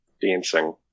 dancing